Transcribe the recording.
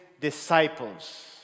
disciples